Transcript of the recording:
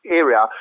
area